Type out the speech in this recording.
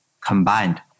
combined